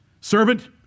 Servant